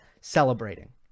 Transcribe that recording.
celebrating